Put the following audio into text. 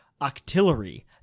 Octillery